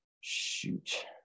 shoot